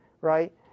right